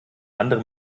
andere